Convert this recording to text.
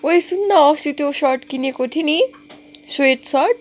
ओई सुन् न अस्ति त्यो सर्ट किनेको थियो नि स्वेटसर्ट